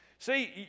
See